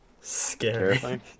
Scary